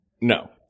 No